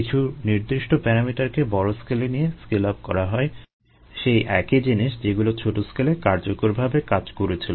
কিছু নির্দিষ্ট প্যারামিটারকে বড় স্কেলে নিয়ে স্কেল আপ করা হয় সেই একই জিনিস যেগুলো ছোট স্কেলে কার্যকরভাবে কাজ করেছিল